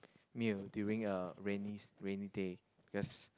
meal during uh rainy rainy day because